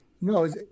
No